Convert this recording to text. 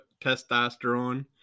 testosterone